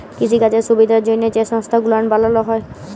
কিসিকাজের সুবিধার জ্যনহে যে সংস্থা গুলান বালালো হ্যয়